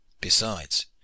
Besides